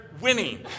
winning